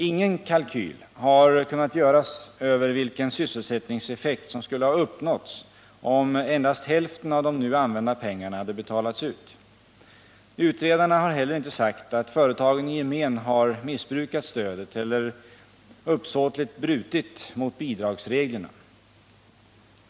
Ingen kalkyl har kunnat göras över vilken sysselsättningseffekt som skulle ha uppnåtts om endast hälften av de nu använda pengarna hade betalats ut. Utredarna har heller inte sagt att företagen i gemen har missbrukat stödet eller uppsåtligt brutit mot bidragsreglerna.